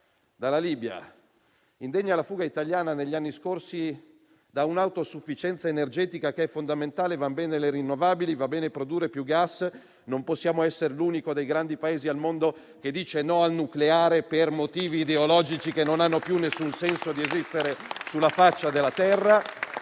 dalla Libia, indegna la fuga italiana negli anni scorsi da un'autosufficienza energetica che è fondamentale. Vanno bene le rinnovabili, va bene produrre più gas, ma non possiamo essere l'unico dei grandi Paesi al mondo che dice no al nucleare per motivi ideologici che non hanno più alcun senso di esistere sulla faccia della terra.